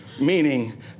Meaning